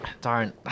Darn